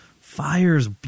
fires